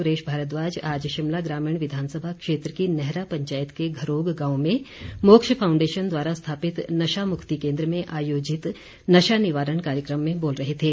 सुरेश भारद्वाज आज शिमला ग्रामीण विधानसभा क्षेत्र की नेहरा पंचायत के घरोग गांव में मोक्ष फाउंडेशन द्वारा स्थापित नशा मुक्ति केन्द्र में आयोजित नशा निवारण कार्यक्रम में बोल रहे थे